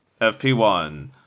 FP1